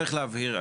צריך להבהיר,